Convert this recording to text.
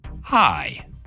Hi